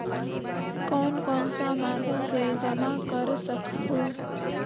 कौन कौन सा माध्यम से जमा कर सखहू?